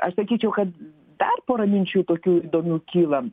aš sakyčiau kad dar pora minčių tokių įdomių kyla